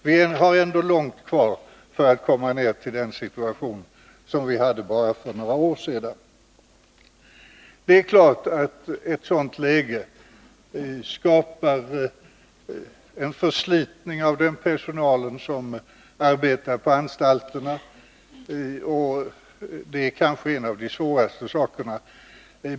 Men vi har ändå långt kvar för att komma ner till den situation som vi hade bara för några år sedan. Det är klart att ett sådant läge skapar förslitning av den personal som arbetar på anstalterna — och det kanske är en av de svåraste effekterna.